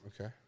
Okay